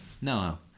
no